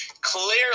clearly